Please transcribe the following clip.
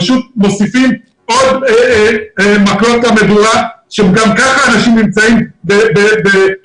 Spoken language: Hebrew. פשוט מוסיפים עוד מקלות למדורה כאשר גם כך אנשים נמצאים במצוקה.